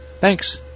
Thanks